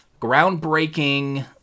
groundbreaking